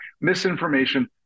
misinformation